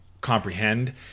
comprehend